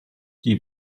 die